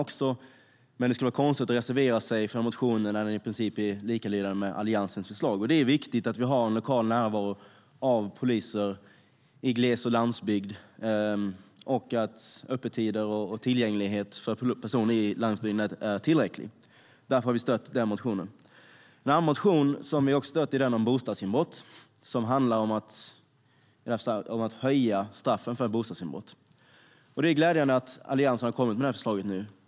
Men det skulle vara konstigt att reservera sig för motionen när den i princip är likalydande med Alliansens förslag. Det är viktigt att vi har en lokal närvaro av poliser i gles och landsbygd och att öppettider och tillgänglighet för personer på landsbygden är tillräcklig. Därför har vi stött den motionen. En annan motion som vi har stött är den om bostadsinbrott som handlar om att höja straffen för bostadsinbrott. Det är glädjande att Alliansen nu har kommit med det förslaget.